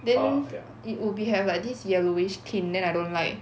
then it would be have like this yellowish tint then I don't like